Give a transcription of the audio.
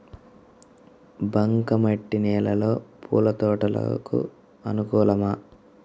బంక మట్టి నేలలో పూల తోటలకు అనుకూలమా?